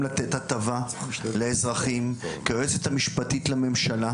לתת הטבה לאזרחים כי היועצת המשפטית לממשלה